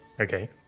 Okay